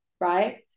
right